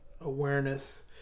Awareness